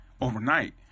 overnight